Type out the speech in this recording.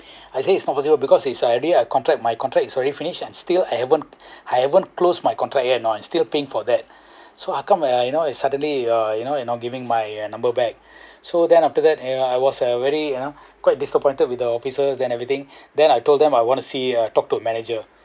I say is impossible because is I already contract my contract it's already finish and still I haven't I haven't closed my contract yet you know I still paying for that so how come uh you know you suddenly uh you know you not giving my uh number back so then after that uh I was uh very you know quite disappointed with the officer then everything then I told them I want to see uh talk to manager